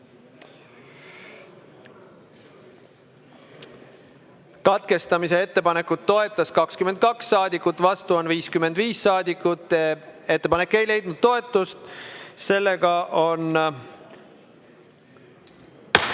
Katkestamise ettepanekut toetas 22 saadikut, vastu on 55 saadikut. Ettepanek ei leidnud toetust.